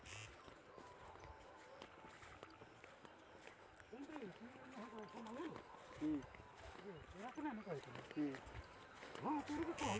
जब एमे फल आवे लागेला तअ ओके तुड़ लिहल जाला